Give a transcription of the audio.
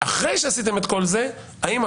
אחרי שעשיתם את כל זה האם,